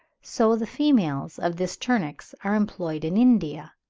so the females of this turnix are employed in india.